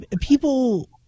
people